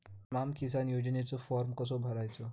स्माम किसान योजनेचो फॉर्म कसो भरायचो?